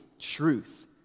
truth